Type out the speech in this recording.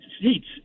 seats